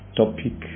topic